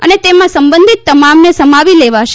અને તેમાં સંબંધીત તમામને સમાવી લેવાશે